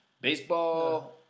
Baseball